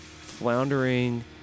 floundering